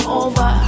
over